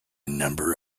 number